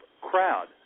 crowd